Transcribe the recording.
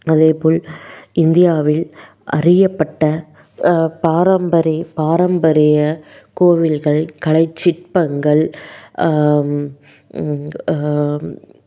அதே போல் இந்தியாவில் அறியப்பட்ட பாரம்பரிய பாரம்பரிய கோவில்கள் கலை சிற்பங்கள்